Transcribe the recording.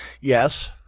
Yes